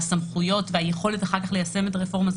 הסמכויות והיכולת אחר כך ליישם את הרפורמה זה